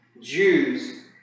Jews